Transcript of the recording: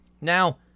Now